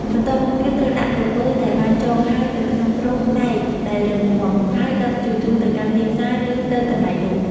បន្ទាប់មកទៀតត្រូវដាក់ក្រពើដែលបានចងហើយទៅក្នុងទ្រុងដែកដែលរឹងមាំ ហើយដឹកជញ្ជូនទៅកាន់ទីផ្សារ ឬទៅកន្លែងលក់។